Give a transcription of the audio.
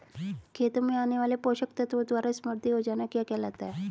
खेतों में आने वाले पोषक तत्वों द्वारा समृद्धि हो जाना क्या कहलाता है?